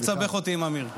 אל תסבך אותי עם אמיר.